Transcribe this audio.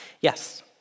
Yes